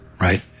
Right